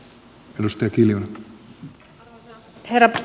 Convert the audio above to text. arvoisa herra puhemies